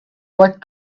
what